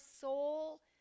soul